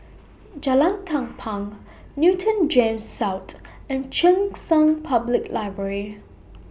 Jalan Tampang Newton Gems South and Cheng San Public Library